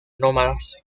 nómadas